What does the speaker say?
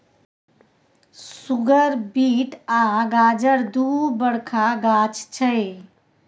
सुगर beet आ गाजर दु बरखा गाछ छै